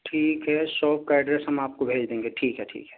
ٹھیک ہے شاپ کا ایڈریس ہم آپ کو بھیج دیں گے ٹھیک ہے ٹھیک ہے